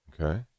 Okay